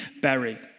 buried